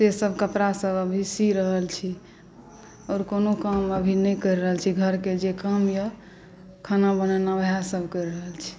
से सब कपड़ासब अभी सी रहल छी आओर कोनो काम अभी नहि करि रहल छी घरके जे काम अइ खाना बनेनाइ ओहोसब करि रहल छी